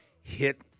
hit